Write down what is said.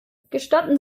gestatten